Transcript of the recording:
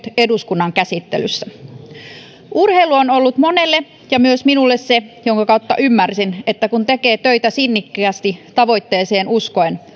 eduskunnan käsittelyssä urheilu on ollut monelle ja myös minulle se jonka kautta ymmärsi että kun tekee töitä sinnikkäästi tavoitteeseen uskoen